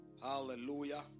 hallelujah